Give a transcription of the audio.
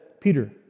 Peter